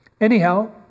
Anyhow